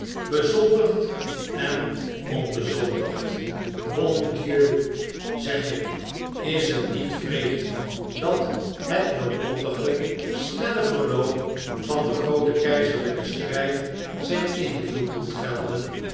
bezoldigd en onbezoldigd bon dieu zeg ik is het niet wreed dat het noodlottige snelle verloop van den grooten keizerlijken strijd zijn invloed doet gelden